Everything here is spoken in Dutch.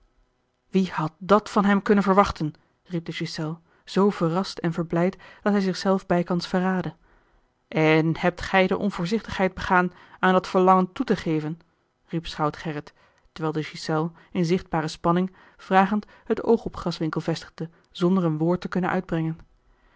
wie had dàt van hem kunnen verwachten riep de ghiselles zoo verrast en verblijd dat hij zich zelf bijkans verraadde en hebt gij de onvoorzichtigheid begaan aan dat verlangen toe te geven riep schout gerrit terwijl de ghiselles in zichtbare spanning vragend het oog op graswinckel vestigde zonder een woord te kunnen uitbrengen